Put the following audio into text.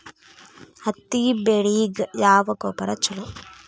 ಹತ್ತಿ ಬೆಳಿಗ ಯಾವ ಗೊಬ್ಬರ ಛಲೋ?